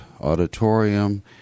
auditorium